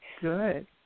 Good